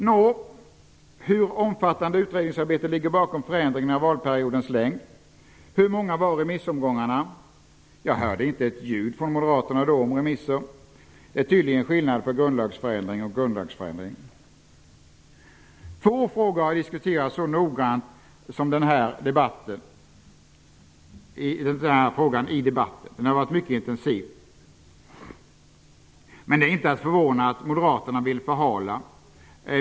Nå, hur omfattande utredningsarbete ligger bakom förändringen av valperiodens längd? Hur många var remissomgångarna? Jag hörde då inte ett ljud från Moderaterna om remisser. Det är tydligen skillnad på grundlagsförändring och grundlagsförändring. Få frågor har diskuterats så noggrant som denna. Debatten har varit mycket intensiv. Men det är inte att förvåna att Moderaterna vill förhala.